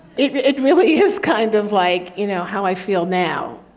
it it really is kind of like, you know how i feel now.